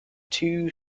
two